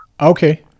Okay